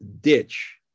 ditch